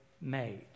made